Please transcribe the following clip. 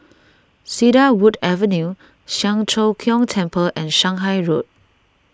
Cedarwood Avenue Siang Cho Keong Temple and Shanghai Road